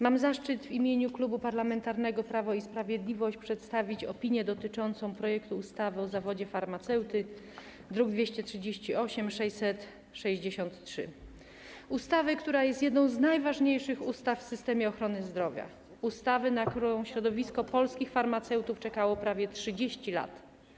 Mam zaszczyt w imieniu Klubu Parlamentarnego Prawo i Sprawiedliwość przedstawić opinię dotyczącą projektu ustawy o zawodzie farmaceuty, druki nr 238 i 663, ustawy, która jest jedną z najważniejszych ustaw w systemie ochrony zdrowia, na którą środowisko polskich farmaceutów czekało prawie 30 lat.